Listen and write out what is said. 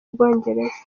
bwongereza